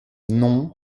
non